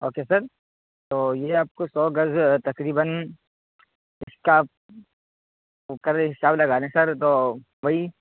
okay sir تو یہ آپ کو سو گز تقریباً اس کا اس کا جو حساب لگالیں سر تو وہی